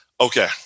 Okay